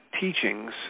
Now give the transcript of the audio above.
teachings